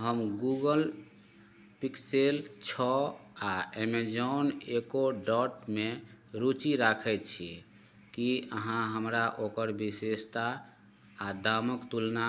हम Google Pixel छओ आ एमेजाॅन एको डॉटमे रूचि रखैत छी की अहाँ हमरा ओकर विशेषता आ दामक तुलना